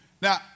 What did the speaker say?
Now